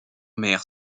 mer